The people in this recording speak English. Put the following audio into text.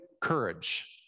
courage